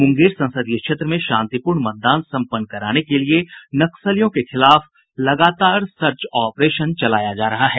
मुंगेर संसदीय क्षेत्र में शांतिपूर्ण मतदान संपन्न कराने के लिये नक्सलियों के खिलाफ लगातार सर्च ऑपरेशन चलाया जा रहा है